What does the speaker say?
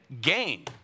gain